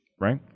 right